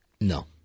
No